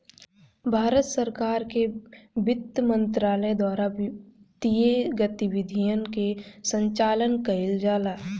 भारत सरकार के बित्त मंत्रालय द्वारा वित्तीय गतिविधियन के संचालन कईल जाला